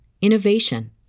innovation